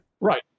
Right